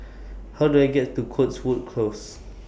How Do I get to Cotswold Close